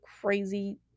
crazy